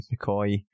McCoy